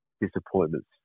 disappointments